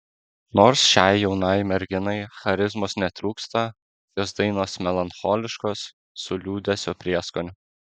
nors šiai jaunai merginai charizmos netrūksta jos dainos melancholiškos su liūdesio prieskoniu